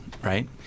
Right